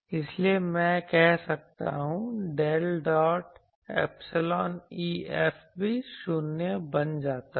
इसलिए मैं कह सकता हूं डेल डॉट ऐपसीलोन EF भी 0 बन जाता है